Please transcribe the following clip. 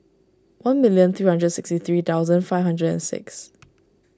one million three hundred sixty three thousand five hundred and six